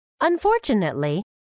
Unfortunately